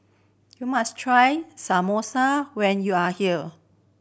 you must try Samosa when you are here